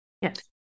Yes